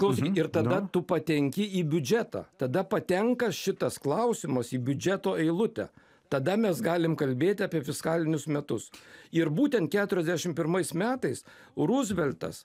klausyki ir tada tu patenki į biudžetą tada patenka šitas klausimas į biudžeto eilutę tada mes galim kalbėti apie fiskalinius metus ir būtent keturiasdešimt pirmais metais ruzveltas